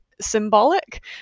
symbolic